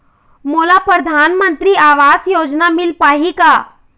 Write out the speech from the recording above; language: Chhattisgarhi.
मोला परधानमंतरी आवास योजना मिल पाही का?